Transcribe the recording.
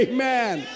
Amen